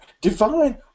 Divine